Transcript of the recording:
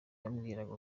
yambwiraga